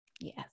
Yes